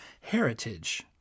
heritage